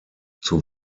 zur